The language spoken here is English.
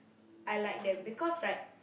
I like them because right